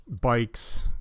bikes